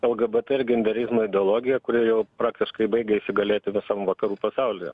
lgbt ir genderizmo ideologija kuri jau praktiškai baigia įsigalėti visam vakarų pasaulyje